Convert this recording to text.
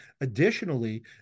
Additionally